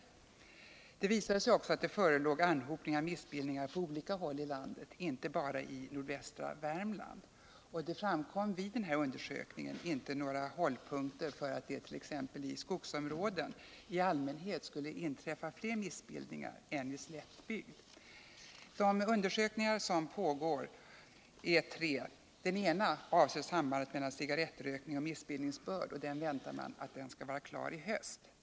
Vid undersökningen visade det sig att det förelåg en anhopning av missbildningar på olika håll. inte bara i nordvästra Värmland. Mcen det framkom inte några hållpunkter för att det it.ex. skogsområden i allmänhet skulle inträffa fler missbildningar än i slättbygd. De undersökningar som pågår är tre till antalet. Den ena avser sambandet mellan cigarettrökning och missbildningsbörd. Man väntar att denna utredning skall vara klar i höst.